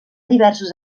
diversos